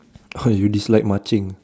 oh you dislike marching